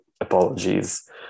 apologies